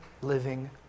living